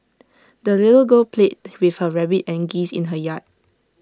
the little girl played with her rabbit and geese in her yard